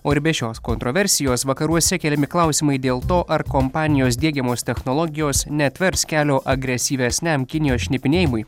o ir be šios kontroversijos vakaruose keliami klausimai dėl to ar kompanijos diegiamos technologijos neatvers kelio agresyvesniam kinijos šnipinėjimui